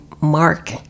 mark